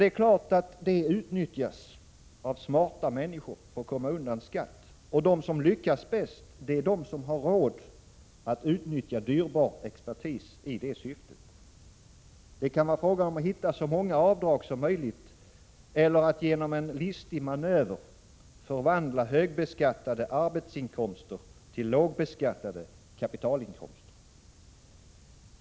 Det är klart att det utnyttjas av smarta människor för att komma undan skatt, och de som lyckas bäst är de som har råd att utnyttja dyrbar expertis i detta syfte. Det kan vara fråga om att hitta så många avdrag som möjligt eller att genom en listig manöver förvandla högbeskattade arbetsinkomster till lågbeskattade kapitalinkomster.